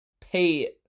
pay